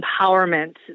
empowerment